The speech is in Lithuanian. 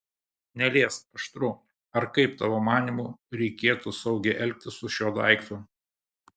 neliesk aštru ar kaip tavo manymu reikėtų saugiai elgtis su šiuo daiktu